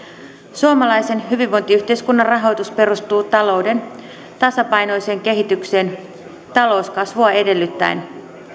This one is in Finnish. suomalaisen hyvinvointiyhteiskunnan rahoitus perustuu talouden tasapainoiseen kehitykseen talouskasvua edellyttäen